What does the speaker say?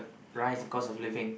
rise because of living